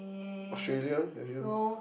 Australia have you